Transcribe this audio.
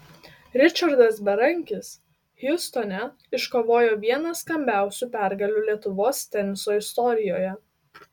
ričardas berankis hjustone iškovojo vieną skambiausių pergalių lietuvos teniso istorijoje